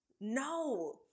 no